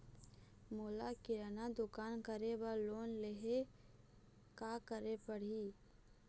मोला किराना दुकान करे बर लोन लेहेले का करेले पड़ही?